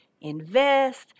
invest